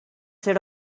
said